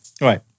Right